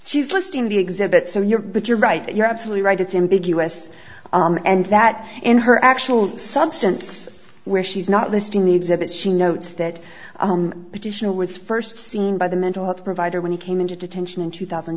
she's listing the exhibit so you're but you're right you're absolutely right it's in big us and that in her actual substance where she's not listing the exhibit she notes that petitioner was first seen by the mental health provider when he came into detention in two thousand